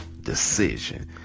decision